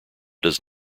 does